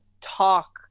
talk